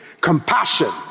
compassion